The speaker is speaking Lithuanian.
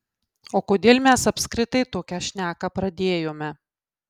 o kodėl mes apskritai tokią šneką pradėjome